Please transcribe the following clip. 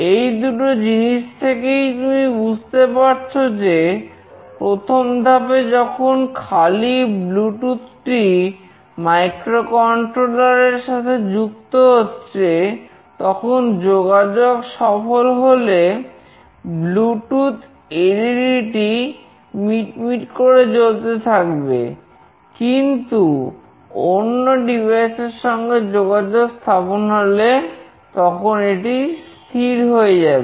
এই দুটো জিনিস থেকেই তুমি বুঝতে পারছো যে প্রথম ধাপে যখন খালি ব্লুটুথ এর সঙ্গে যোগাযোগ স্থাপন হলে তখন এটি স্থির হয়ে যাবে